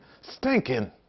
stinking